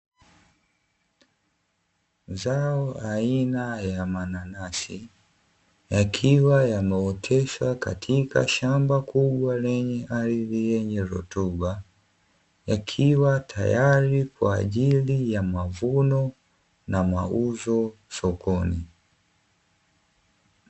Zao aina ya mananasi yakiwa yameoteshwa katika shamba kubwa, lenye ardhi yenye rutuba yakiwa tayari kwa ajili ya mavuno na mauzo soko.